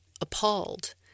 appalled